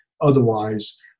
otherwise